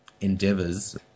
endeavors